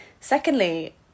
Secondly